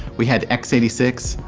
we had x eight six,